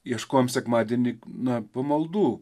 ieškojom sekmadienį na pamaldų